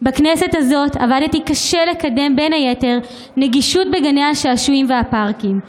(בכנסת הזאת עבדתי קשה כדי לקדם בין היתר נגישות בגני שעשועים ופארקים,